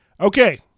Okay